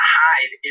hide